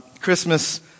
Christmas